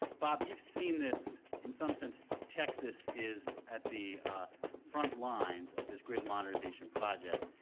bob, you've seen this, in some sense, texas is at the front lines of this grid modernization project.